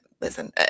listen